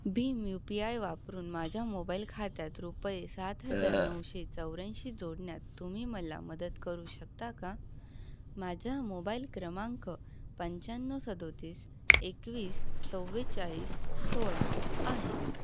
Bhim U P I वापरून माझ्या mobile खात्यात रुपये सात हजार नऊशे चौऱ्याऐंशी जोडण्यात तुम्ही मला मदत करू शकता का माझा मोबाईल क्रमांक पंच्याण्णव सदतीस एकवीस चव्वेचाळीस सोळा आहे